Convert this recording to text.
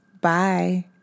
Bye